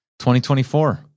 2024